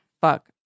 fuck